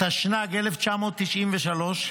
התשנ"ג 1993,